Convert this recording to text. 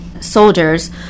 soldiers